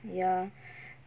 ya